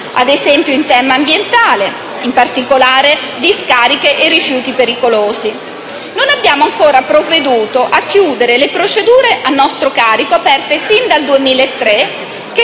ad esempio - in tema ambientale, in particolare su discariche e rifiuti pericolosi. Non abbiamo ancora provveduto a chiudere le procedure a nostro carico aperte sin dal 2003 che